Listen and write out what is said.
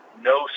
no